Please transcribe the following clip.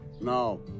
No